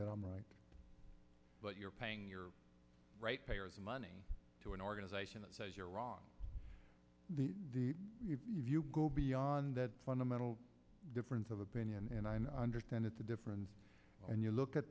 that i'm right but you're paying your right payers money to an organization that says you're wrong if you go beyond that fundamental difference of opinion and i understand it's a difference when you look at